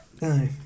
no